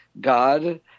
God